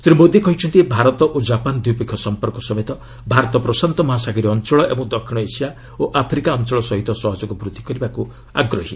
ଶ୍ରୀ ମୋଦି କହିଛନ୍ତି ଭାରତ ଓ ଜାପାନ୍ ଦ୍ୱିପକ୍ଷୀୟ ସମ୍ପର୍କ ସମେତ ଭାରତ ପ୍ରଶାନ୍ତ ମହାସାଗରୀୟ ଅଞ୍ଚଳ ଏବଂ ଦକ୍ଷିଣ ଏସିଆ ଓ ଆଫ୍ରିକା ଅଞ୍ଚଳ ସହ ସହଯୋଗ ବୃଦ୍ଧି କରିବାକୁ ଆଗ୍ରହୀ